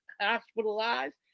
hospitalized